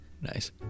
Nice